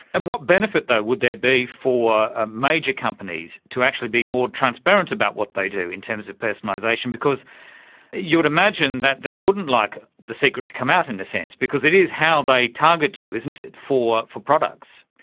and what benefit, though, would there be for ah major companies to actually be more transparent about what they do in terms of personalisation, because you would imagine that they wouldn't like the secret to come out, in a sense because it is how they target you, isn't it, for for products?